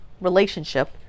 relationship